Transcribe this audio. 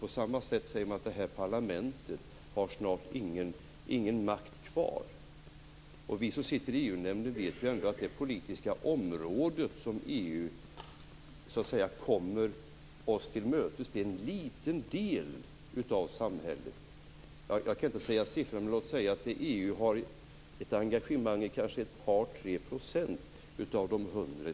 På samma sätt säger man att parlamentet snart inte har någon makt kvar. Vi som sitter i EU-nämnden vet ändå att det politiska område där EU kommer oss till mötes utgör en liten del av samhället. Jag kan inte säga någon siffra. Låt oss säga att EU har ett engagemang i ett par tre procent av de hundra.